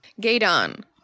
Gaydon